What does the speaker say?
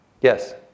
Yes